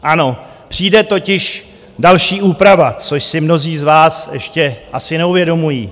Ano, přijde totiž další úprava, což si mnozí z vás ještě asi neuvědomují.